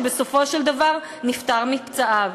שבסופו של דבר נפטר מפצעיו.